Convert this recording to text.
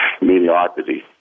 mediocrity